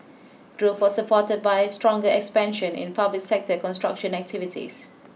growth was supported by stronger expansion in public sector construction activities